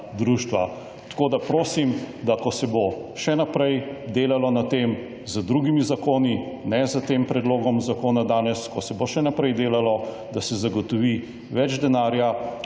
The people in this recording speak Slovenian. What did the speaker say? Tako, da prosim, ko se bo še naprej delalo na tem z drugimi zakoni ne s tem predlogom zakona danes, ko se bo še naprej delalo, da se zagotovi več denarja